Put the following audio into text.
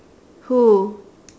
who